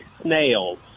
snails